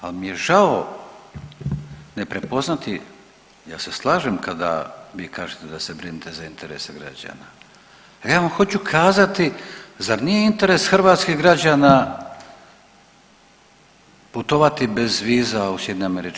Ali mi je žao ne prepoznati, ja se slažem kada vi kažete da se brinete za interese građana, a ja vam hoću kazati, zar nije interes hrvatskih građana putovati bez viza u SAD?